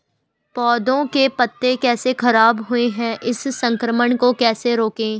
पौधों के पत्ते कैसे खराब हुए हैं इस संक्रमण को कैसे रोकें?